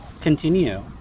Continue